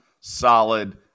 solid